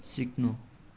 सिक्नु